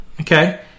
okay